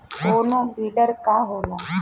कोनो बिडर का होला?